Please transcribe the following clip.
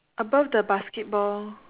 above the basketball